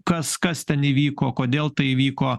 kas kas ten įvyko kodėl tai įvyko